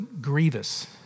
grievous